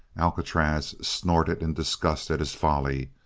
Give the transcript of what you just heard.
alcatraz snorted in disgust at his folly.